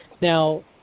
Now